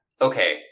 okay